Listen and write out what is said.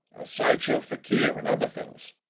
a side show fakir and other things,